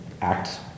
act